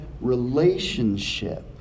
relationship